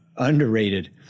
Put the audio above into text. underrated